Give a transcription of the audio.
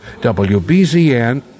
WBZN